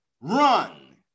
run